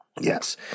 Yes